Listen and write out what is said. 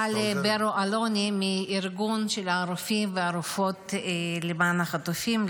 דיברה ד"ר טל ברו-אלוני מארגון הרופאים והרופאות למען החטופים,